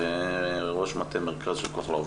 ראש מטה מרכז של כוח לעובדים.